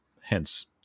hence